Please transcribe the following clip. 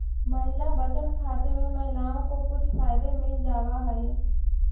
महिला बचत खाते में महिलाओं को कुछ फायदे मिल जावा हई